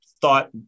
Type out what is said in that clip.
thought